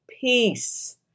peace